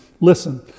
Listen